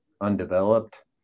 undeveloped